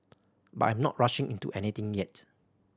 but I'm not rushing into anything yet